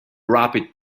rapid